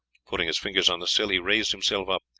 putting his fingers on the sill he raised himself up.